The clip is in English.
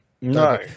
no